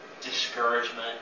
discouragement